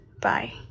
bye